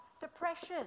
depression